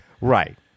Right